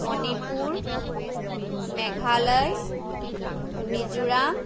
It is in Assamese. মণিপুৰ মেঘালয় মিজোৰাম